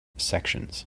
sections